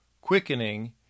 quickening